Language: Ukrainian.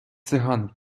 циган